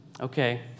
okay